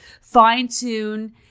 fine-tune